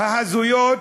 ההזויות